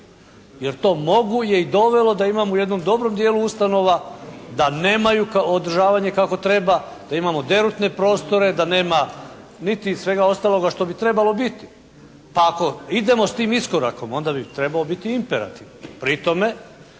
Jer to mogu je i dovelo da imamo u jednom dobrom dijelu ustanova da nemaju održavanje kako treba, da imamo derutne prostore, da nema niti svega ostaloga što bi trebalo biti. Pa ako idemo s tim iskorakom onda bi trebao biti imperativ. Pri tome,